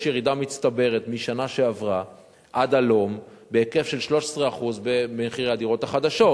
יש ירידה מצטברת משנה שעברה עד הלום בהיקף של 13% במחירי הדירות החדשות.